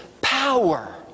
power